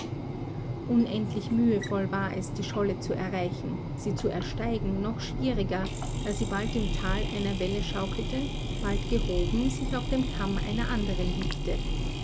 unendlich mühevoll war es die scholle zu erreichen sie zu ersteigen noch schwieriger da sie bald im tal einer welle schaukelte bald gehoben sich auf dem kamm einer anderen wiegte